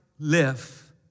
live